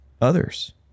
others